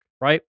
Right